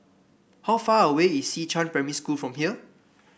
how far away is Xishan Primary School from here